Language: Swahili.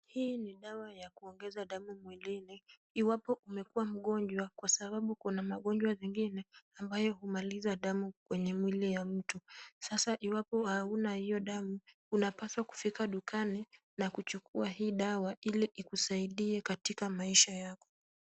Hii ni dawa ya kuongeza damu mwilini iwapo umekua mgonjwa kwa sababu kuna magonjwa zingine ambayo humaliza damu kwenye mwili ya mtu. Sasa iwapo hauna hiyo damu unapaswa kufika dukani na kuchukua hii dawa ili ikusaidie katika maisha yako.